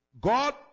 God